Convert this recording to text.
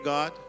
God